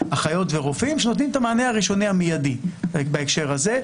אחיות ורופאים שנותנים את המענה הראשוני המיידי בהקשר הזה.